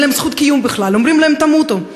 אין להם זכות קיום בכלל, אומרים להם: תמותו.